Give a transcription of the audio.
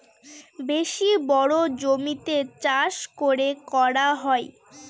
বেশি বড়ো জমিতে চাষ করে করা হয়